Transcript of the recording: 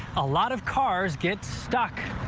a lot of cars get stuck.